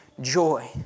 joy